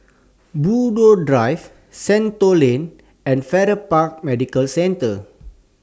Buroh Drive Shenton Lane and Farrer Park Medical Centre